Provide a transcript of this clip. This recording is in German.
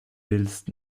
willst